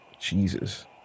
Jesus